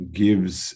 gives